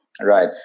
Right